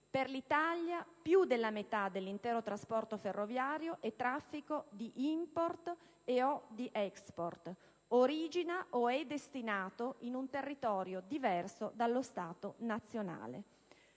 Per l'Italia, più della metà dell'intero trasporto ferroviario delle merci è traffico di *import* e/o di *export*: origina o è destinato in un territorio diverso dallo Stato nazionale.